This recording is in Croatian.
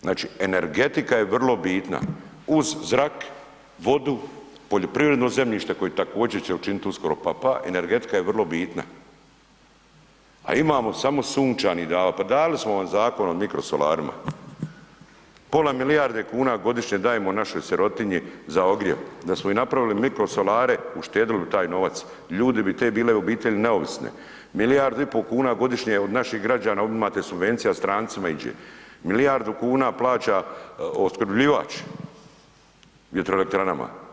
Znači energetika je vrlo bitna, uz zrak, vodu, poljoprivredno zemljište koje također će učinit uskoro pa-pa, energetika je vrlo bitna, a imamo samo sunčani, ... pa dali smo vam Zakon o mikrosolarima, pola milijarde kuna godišnje dajemo našoj sirotinji za ogrijev, da smo im napravili mikrosolare, uštedili bi taj novac, ljudi bi, te obitelji bi bile neovisne, milijardu i pol kuna godišnje od naših građana uzimate subvencija, strancima iđe, milijardu kuna plaća opskrbljivač vjetroelektranama.